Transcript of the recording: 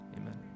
amen